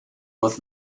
voz